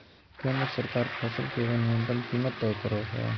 केंद्र सरकार फसल के एगो न्यूनतम कीमत तय करो हइ